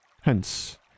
Hence